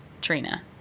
Trina